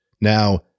Now